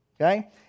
okay